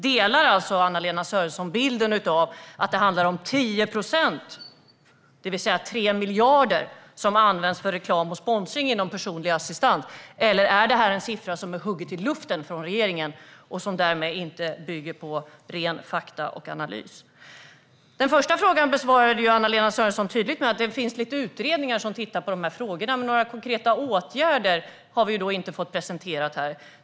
Delar Anna-Lena Sörenson bilden av att det handlar om 10 procent, det vill säga 3 miljarder, som används för reklam och sponsring inom personlig assistans? Eller är denna siffra tagen ur luften av regeringen och därmed en uppgift som inte bygger på analys och rena fakta? Min första fråga besvarade Anna-Lena Sörenson tydligt med att det finns utredningar som tittar på dessa frågor, men några konkreta åtgärder har vi inte fått presenterade här.